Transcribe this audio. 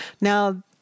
Now